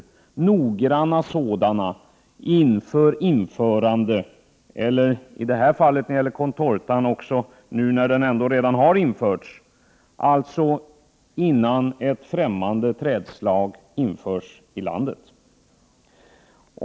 Vi vill alltså ha noggranna miljökonsekvensanalyser före införandet — till skillnad från vad som gäller contortan, som redan har införts i vårt land — av ett fftämmande trädslag i Sverige.